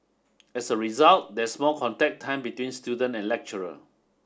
as a result there's more contact time between student and lecturer